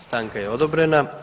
Stanka je odobrena.